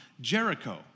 Jericho